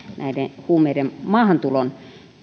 huumeiden maahantulon